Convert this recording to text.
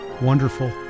wonderful